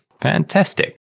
Fantastic